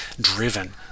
driven